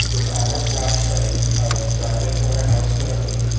was almost lost sight of by the corner-house family,